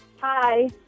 Hi